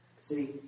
See